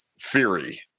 theory